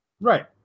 Right